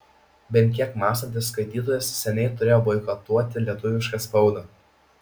bent kiek mąstantis skaitytojas seniai turėjo boikotuoti lietuvišką spaudą